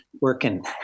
working